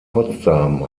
potsdam